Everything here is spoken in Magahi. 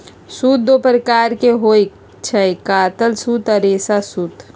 सूत दो प्रकार के होई छई, कातल सूत आ रेशा सूत